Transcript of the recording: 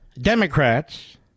Democrats